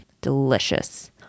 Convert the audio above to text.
delicious